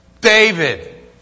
David